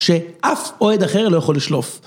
‫שאף אוהד אחר לא יכול לשלוף.